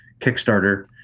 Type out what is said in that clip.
Kickstarter